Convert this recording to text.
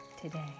today